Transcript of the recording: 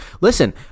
listen